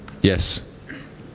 yes